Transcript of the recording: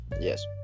Yes